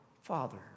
Father